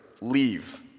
leave